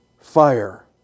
fire